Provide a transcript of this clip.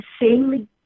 insanely